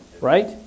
right